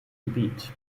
gebiet